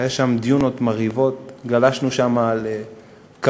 היו שם דיונות מרהיבות, גלשנו שם על קרטונים,